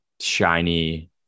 shiny